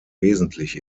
wesentlich